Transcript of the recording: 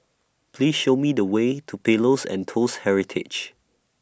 Please Show Me The Way to Pillows and Toast Heritage